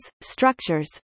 structures